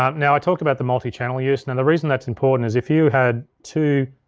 um now i talked about the multichannel use, and and the reason that's important is if you had two